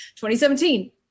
2017